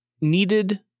needed